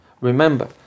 remember